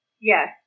Yes